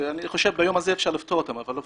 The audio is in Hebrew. אני חושב שביום הזה אפשר לפתור אותן ואם לא,